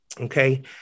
Okay